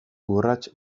urrats